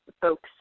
folks